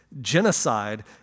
genocide